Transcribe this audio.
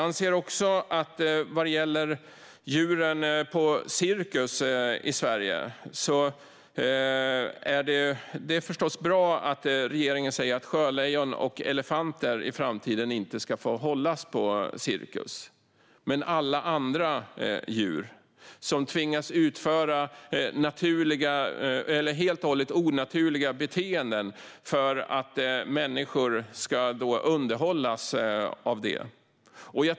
Det är förstås bra att regeringen säger att sjölejon och elefanter i framtiden inte ska få hållas på cirkus i Sverige, men alla andra djur får finnas där och tvingas att utföra onaturliga beteenden för att människor ska underhållas.